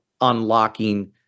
unlocking